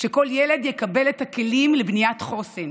שכל ילד יקבל את הכלים לבניית חוסן